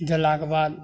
देलाके बाद